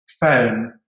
phone